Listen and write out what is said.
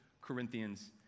Corinthians